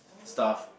stuff